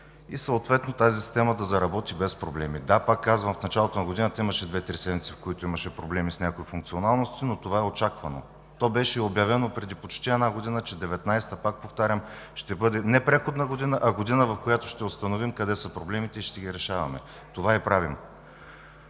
и съответно системата да заработи без проблеми. Да, пак казвам, в началото на годината имаше 2 – 3 седмици, в които имаше проблеми с някои функционалности, но това е очаквано. Преди почти една година беше обявено, че 2019 г., пак повтарям, ще бъде не преходна година, а година, в която ще установим къде са проблемите и ще ги решаваме. Това и правим.